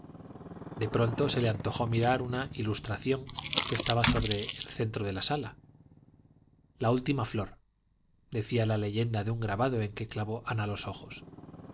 de pronto se le antojó mirar una ilustración que estaba sobre un centro de sala la última flor decía la leyenda de un grabado en que clavó ana los ojos